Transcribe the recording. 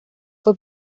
fue